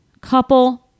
couple